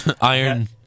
Iron